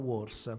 Wars